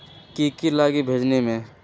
की की लगी भेजने में?